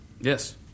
Yes